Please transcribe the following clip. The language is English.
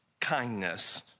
kindness